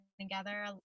together